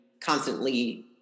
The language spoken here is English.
constantly